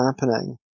happening